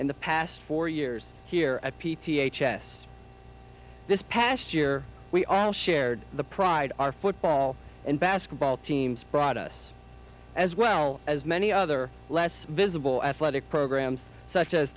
in the past four years here at p t h s this past year we all shared the pride our football and basketball teams brought us as well as many other less visible athletic programs such as